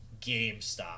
GameStop